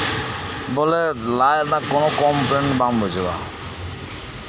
ᱵᱚᱞᱮ ᱞᱟᱡ ᱨᱮᱱᱟᱜ ᱠᱳᱱᱳ ᱠᱚᱢᱯᱮᱞᱮᱱ ᱵᱟᱢ ᱵᱩᱡᱷᱟᱹᱣᱟ